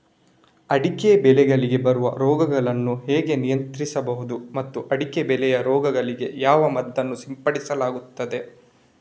ಅಡಿಕೆ ಬೆಳೆಗಳಿಗೆ ಬರುವ ರೋಗಗಳನ್ನು ಹೇಗೆ ನಿಯಂತ್ರಿಸಬಹುದು ಮತ್ತು ಅಡಿಕೆ ಬೆಳೆಯ ರೋಗಗಳಿಗೆ ಯಾವ ಮದ್ದನ್ನು ಸಿಂಪಡಿಸಲಾಗುತ್ತದೆ?